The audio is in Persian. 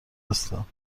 هستم